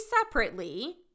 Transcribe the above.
separately